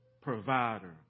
Provider